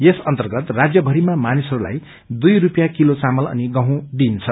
यस अर्न्तगत राज्यभरिमा मानिसहरूलाई दुई रूपिसयाँ किलो चामल अनि गहूँ दिइन्छ